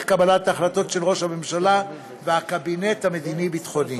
קבלת ההחלטות של ראש הממשלה והקבינט המדיני-ביטחוני.